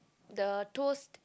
the toast